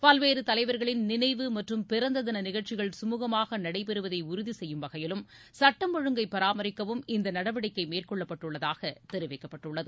பல்வேறு தலைவர்களின் நினைவு மற்றும் பிறந்த தின நிகழ்ச்சிகள் சுமுகமாக நடைபெறுவதை உறுதிசெய்யும் வகையிலும் சுட்டம் ஒழுங்கை பராமரிக்கவும் இந்த நடவடிக்கை மேற்கொள்ளப்பட்டுள்ளதாக தெரிவிக்கப்பட்டுள்ளது